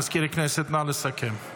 מזכיר הכנסת, נא לסכם.